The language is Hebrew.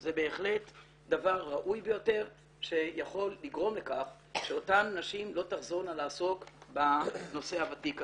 זה בהחלט דבר ראוי ביותר שאותן נשים לא תחזורנה לעסוק בנושא הוותיק הזה.